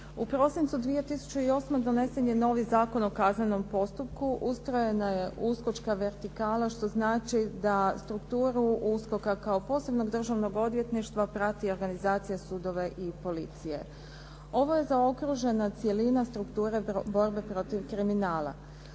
U prosincu 2008. donesen je novi Zakon o kaznenom postupku, ustrojena je USKOK-čka vertikala što znači da strukturu USKOK-a kao posebnog državnog odvjetništva prati organizacija sudova i policije. Ovo je zaokružena cjelina strukture borbe protiv kriminala.